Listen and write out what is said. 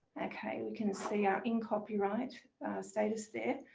ok we can see our in copyright status there.